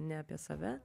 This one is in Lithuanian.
ne apie save